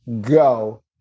go